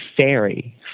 fairy